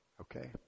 okay